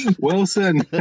Wilson